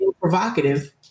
provocative